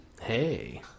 Hey